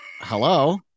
Hello